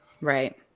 Right